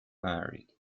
married